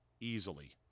easily